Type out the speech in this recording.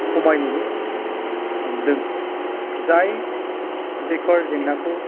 खमायनोबो हमदों जाय बेकार जेंनाखौ